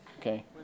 okay